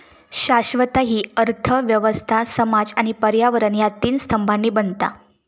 शाश्वतता हि अर्थ व्यवस्था, समाज आणि पर्यावरण ह्या तीन स्तंभांनी बनता